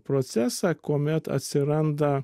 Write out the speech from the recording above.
procesą kuomet atsiranda